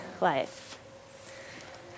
life